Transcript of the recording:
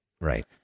Right